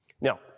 Now